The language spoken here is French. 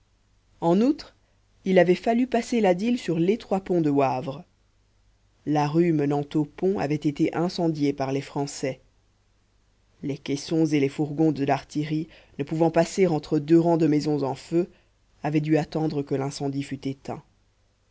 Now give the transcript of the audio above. en outre il avait fallu passer la dyle sur l'étroit pont de wavre la rue menant au pont avait été incendiée par les français les caissons et les fourgons de l'artillerie ne pouvant passer entre deux rangs de maisons en feu avaient dû attendre que l'incendie fût éteint